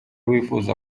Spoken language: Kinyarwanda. wifuza